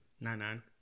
Nine-Nine